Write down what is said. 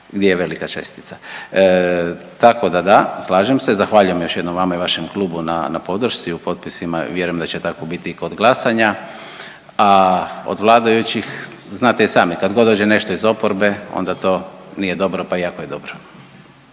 gdje je velika čestica. Tako da da, slažem se. Zahvaljujem još jednom vama i vašem klubu na podršci, u potpisima. Vjerujem da će tako biti i kod glasanja, a od vladajućih znate i sami kad god dođe nešto iz oporbe onda to nije dobro, pa iako je dobro.